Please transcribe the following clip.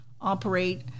operate